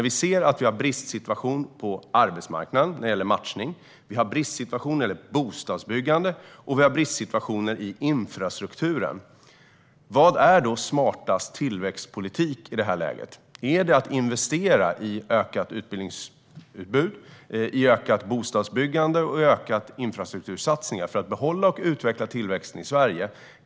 Vi ser en bristsituation på arbetsmarknaden när det gäller matchning, bostadsbyggande och infrastruktur. Vilken tillväxtpolitik är i det läget smartast? Är det att investera i ökat utbildningsutbud, ökat bostadsbyggande och ökade infrastruktursatsningar för att behålla och utveckla tillväxten i Sverige?